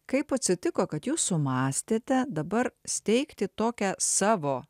kaip atsitiko kad jūs sumąstėte dabar steigti tokią savo